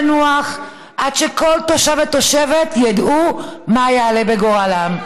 לנוח עד שכל תושב ותושבת ידעו מה יעלה בגורלם.